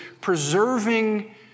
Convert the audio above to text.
preserving